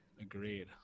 Agreed